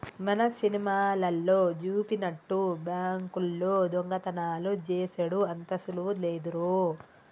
మన సినిమాలల్లో జూపినట్టు బాంకుల్లో దొంగతనాలు జేసెడు అంత సులువు లేదురో